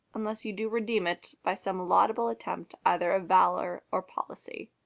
unless you do redeem it by some laudable attempt either of valour or policy.